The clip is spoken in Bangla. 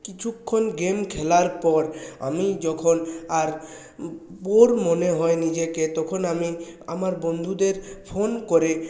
কিছুক্ষণ গেম খেলার পর আমি যখন আর বোর মনে হয় নিজেকে তখন আমি আমার বন্ধুদের ফোন করে